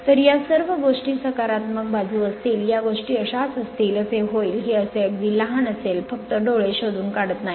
तर या सर्व गोष्टी सकारात्मक बाजू असतील या गोष्टी अशाच असतील असे होईल हे असे अगदी लहान असेल फक्त डोळे शोधून काढू शकत नाही